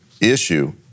issue